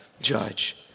judge